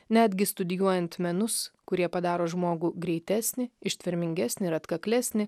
netgi studijuojant menus kurie padaro žmogų greitesnį ištvermingesnį ir atkaklesnį